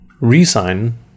re-sign